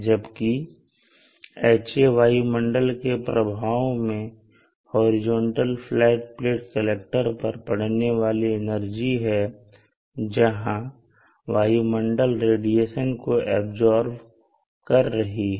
जबकि Ha वायुमंडल के प्रभाव में हॉरिजेंटल फ्लैट प्लेट कलेक्टर पर पड़ने वाली एनर्जी है जहां वायुमंडल रेडिएशन को ऐब्सॉर्ब कर रही है